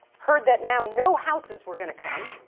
heard that now no houses were going to come,